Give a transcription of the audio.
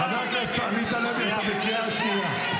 --- חבר הכנסת עמית הלוי, אתה בקריאה שנייה.